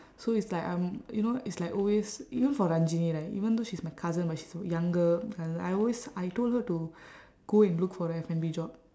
so it's like I'm you know it's like always even for ranjini right even though she's my cousin but she's younger cousin I always I told her to go and look for a F&B job